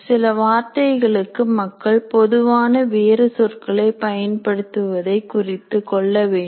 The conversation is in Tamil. சில வார்த்தைகளுக்கு மக்கள் பொதுவான வேறு சொற்களைப் பயன்படுத்துவதை குறித்து கொள்ள வேண்டும்